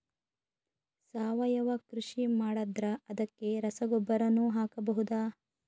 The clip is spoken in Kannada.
ಸಾವಯವ ಕೃಷಿ ಮಾಡದ್ರ ಅದಕ್ಕೆ ರಸಗೊಬ್ಬರನು ಹಾಕಬಹುದಾ?